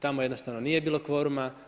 Tamo jednostavno nije bilo kvoruma.